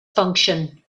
function